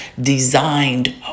designed